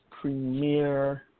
premiere